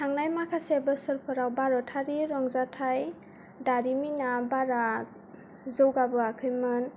थांनाय माखासे बोसोरफोराव भारतारि माखासे रंजाथाइ दारिमिना बारा जौगाबोयाखैमोन